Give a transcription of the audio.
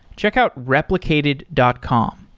checkout replicated dot com.